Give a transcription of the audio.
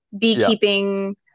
beekeeping